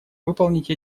выполнить